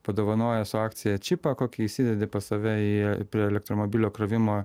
padovanojo su akcija čipą kokį įsidedi pas save į prie elektromobilio krovimo